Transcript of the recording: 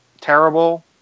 terrible